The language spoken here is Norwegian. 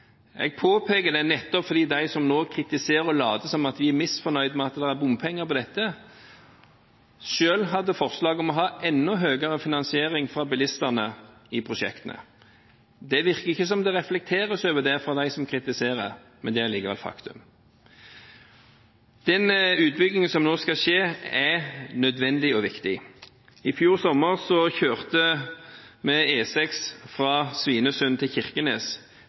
Jeg påpeker det nettopp fordi de som nå kritiserer og later som om de er misfornøyd med at det er bompenger på dette, selv hadde forslag om å ha en enda høyere finansiering fra bilistene i prosjektene. Det virker ikke som om det reflekteres over det fra dem som kritiserer, men det er likevel et faktum. Den utbyggingen som nå skal skje, er nødvendig og viktig. I fjor sommer kjørte vi E6 fra Svinesund til Kirkenes,